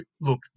look